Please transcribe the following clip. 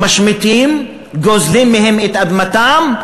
משמיטים, גוזלים מהם את אדמתם.